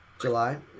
July